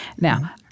Now –